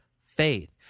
faith